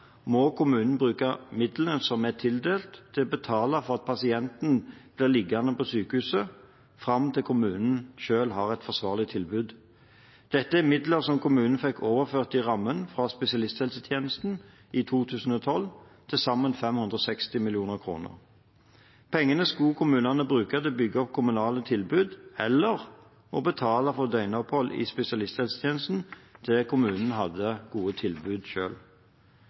må kommunen bruke midlene som er tildelt, til å betale for at pasienten blir liggende på sykehuset fram til kommunen selv har et forsvarlig tilbud. Dette er midler som kommunene fikk overført til rammen, fra spesialisthelsetjenesten i 2012, til sammen 560 mill. kr. Pengene skulle kommunene bruke til å bygge opp kommunale tilbud eller å betale for døgnopphold i spesialisthelsetjenesten til kommunene hadde gode tilbud